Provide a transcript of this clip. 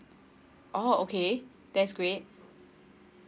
oh okay that's great